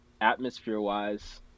atmosphere-wise